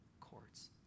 courts